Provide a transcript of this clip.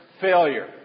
failure